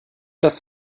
das